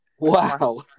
Wow